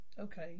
Okay